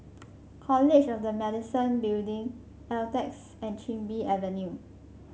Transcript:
College of the Medicine Building Altez and Chin Bee Avenue